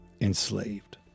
enslaved